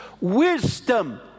wisdom